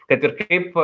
kad ir kaip